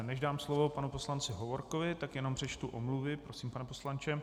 Než dám slovo panu poslanci Hovorkovi, tak jenom přečtu omluvy, prosím, pane poslanče.